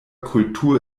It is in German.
kultur